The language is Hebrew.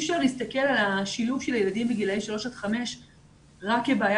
אפשר להסתכל על השילוב של ילדים בגילאי 3 עד 5 רק כבעיה